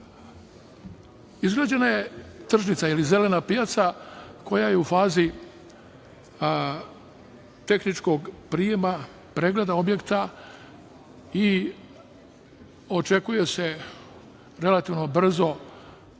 je tržnica ili zelena pijaca koja je u fazi tehničkog prijema pregleda objekta i očekuje se relativno brzo